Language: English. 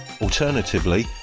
alternatively